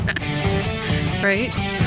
Right